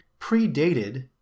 predated